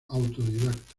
autodidacta